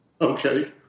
Okay